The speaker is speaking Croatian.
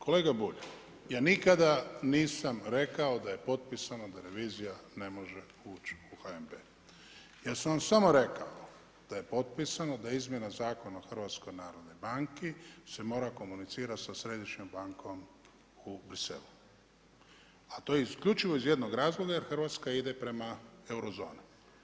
Kolega Bulj, ja nikada nisam rekao da je potpisano da revizija ne može uć u HNB, ja sam samo rekao da je potpisano da izmjena Zakona o HNB-u se mora komunicirati sa Središnjom bankom u Bruxellesu, a to isključivo iz jednog razloga jer Hrvatska ide prema eurozoni.